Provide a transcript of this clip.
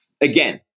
Again